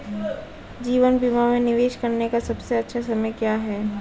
जीवन बीमा में निवेश करने का सबसे अच्छा समय क्या है?